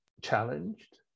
challenged